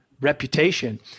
reputation